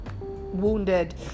wounded